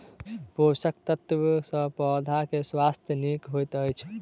पोषक तत्व सॅ पौधा के स्वास्थ्य नीक होइत अछि